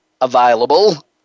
available